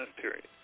period